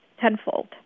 tenfold